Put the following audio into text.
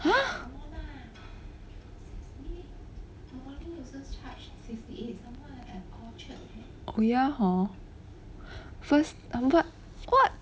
!huh! oh ya hor first I remember what